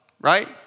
right